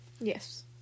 Yes